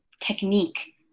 technique